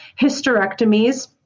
hysterectomies